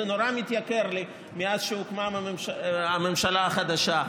זה נורא מתייקר לי מאז שהוקמה הממשלה החדשה,